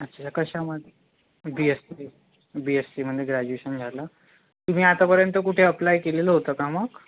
अच्छा कशामध्ये B S C B S C B एस्सीमध्ये ग्रॅजुएशन झालं तुम्ही आतापर्यंत कुठे अप्लाय केलेलं होतं का मग